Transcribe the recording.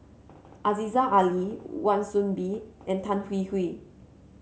Aziza Ali Wan Soon Bee and Tan Hwee Hwee